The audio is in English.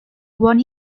won